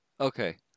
Okay